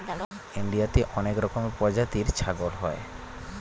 ইন্ডিয়াতে অনেক রকমের প্রজাতির ছাগল হয়